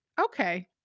Okay